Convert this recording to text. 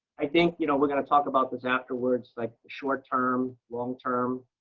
i think you know we're going to talk about this afterwards like the short-term, long-term.